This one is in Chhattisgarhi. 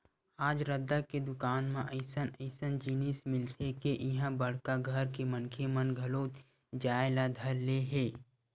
आज रद्दा के दुकान म अइसन अइसन जिनिस मिलथे के इहां बड़का घर के मनखे मन घलो जाए ल धर ले हे